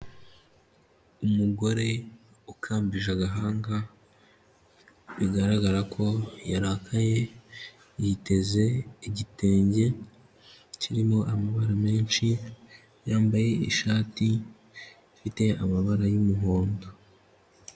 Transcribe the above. Umugore ukambije agahanga bigaragara ko yarakaye, yiteze igitenge kirimo amabara menshi, yambaye ishati ifite amabara y'umuhondo.